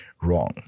wrong